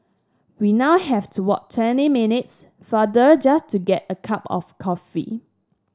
we now have to walk twenty minutes farther just to get a cup of coffee